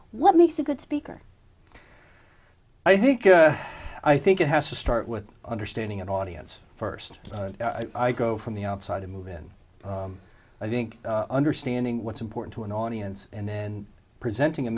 what makes a good speaker i think i think it has to start with understanding an audience first i go from the outside to move in i think understanding what's important to an audience and then presenting a